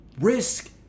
risk